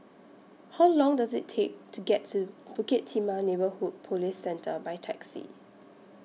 How Long Does IT Take to get to Bukit Timah Neighbourhood Police Centre By Taxi